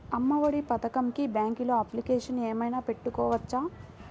అమ్మ ఒడి పథకంకి బ్యాంకులో అప్లికేషన్ ఏమైనా పెట్టుకోవచ్చా?